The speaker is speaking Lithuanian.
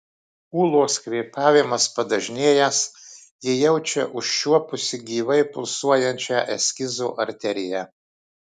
ūlos kvėpavimas padažnėjęs ji jaučia užčiuopusi gyvai pulsuojančią eskizo arteriją